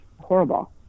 horrible